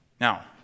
now